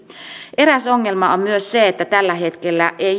eräs ongelma on myös se että tällä hetkellä ei